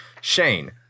Shane